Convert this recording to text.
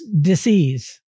disease